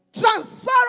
transfer